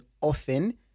often